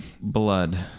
Blood